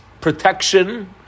protection